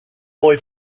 boy